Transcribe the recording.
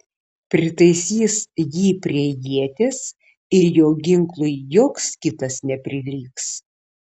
pritaisys jį prie ieties ir jo ginklui joks kitas neprilygs